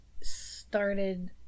started